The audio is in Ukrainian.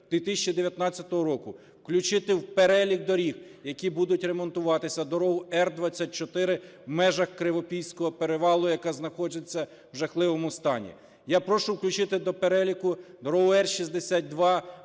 2019 року включити в перелік доріг, які будуть ремонтуватися, дорогу Р24 в межах Кривопільського перевалу, яка знаходиться в жахливому стані. Я прошу включити до переліку дорогу Р62